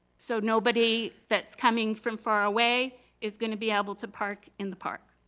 so nobody that's coming from far away is gonna be able to park in the park.